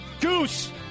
Goose